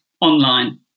online